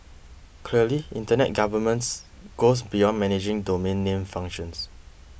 clearly Internet governance goes beyond managing domain name functions